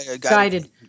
Guided